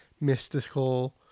mystical